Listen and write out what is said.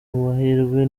amahirwe